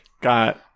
got